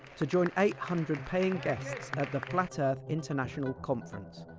to join eight hundred paying guests at the flat earth international conference,